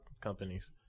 companies